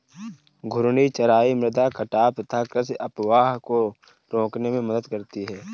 घूर्णी चराई मृदा कटाव तथा कृषि अपवाह को रोकने में मदद करती है